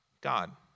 God